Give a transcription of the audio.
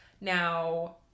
Now